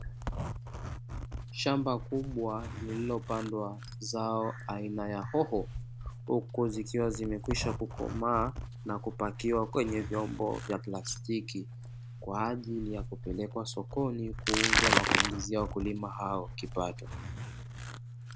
Shamba kubwa lililopandwa zao aina ya hoho, huku zikiwa zimekwisha kukomaa na kupakiwa kwenye vyombo vya plastiki kwa ajili ya kupelekwa sokoni kuuzwa na kuwaingizia wakulima hao kipato.